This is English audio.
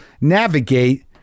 navigate